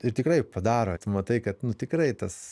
ir tikrai padaro tu matai kad nu tikrai tas